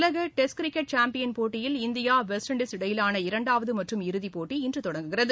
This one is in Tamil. உலக டெஸ்ட் கிரிக்கெட் சாம்பியன் போட்டியில் இந்தியா வெஸ்ட் இண்உஸ் இடையேயான இரண்டாவது மற்றும் இறுதிப் போட்டி இன்று தொடங்குகிறது